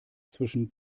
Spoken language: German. zwischen